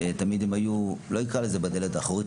שתמיד הם היו לא אקרא לזה שהם בדלת האחרית,